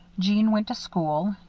jeanne went to school.